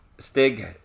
Stig